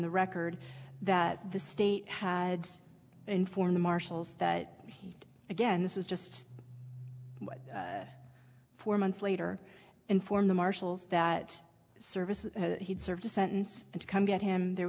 the record that the state had informed the marshals that again this is just what four months later inform the marshals that service he'd served a sentence and come get him there